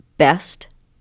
best